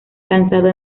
lanzado